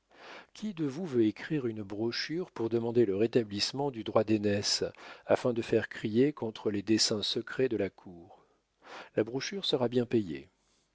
de vous veut écrire une brochure pour demander le rétablissement du droit d'aînesse afin de faire crier contre les desseins secrets de la cour la brochure sera bien payée